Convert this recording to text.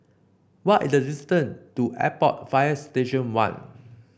what is the distance to Airport Fire Station One